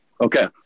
Okay